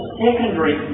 secondary